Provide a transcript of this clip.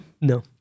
no